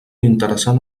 interessant